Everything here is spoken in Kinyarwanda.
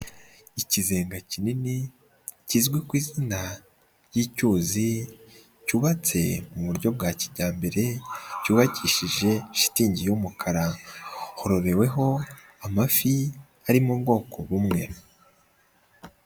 Ikizenga kinini kizwi ku izina ry'icyuzi cyubatse mu buryo bwa kijyambere cyubakishije shitingi y'umukara, hororeweho amafi ari mu bwoko bumwe.